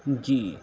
جی